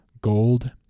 gold